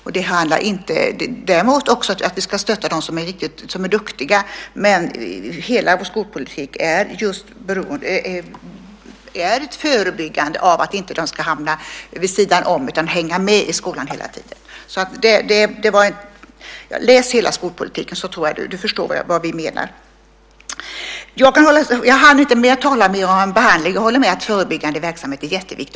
Visst ska vi också stötta dem som är riktigt duktiga, men hela vår skolpolitik är ett förebyggande av att elever hamnar vid sidan om. De ska hänga med i skolan hela tiden. Läs hela vår skolpolitik så tror jag att du förstår vad vi menar. Jag hann inte med att tala om behandling. Jag håller med om att förebyggande verksamhet är jätteviktig.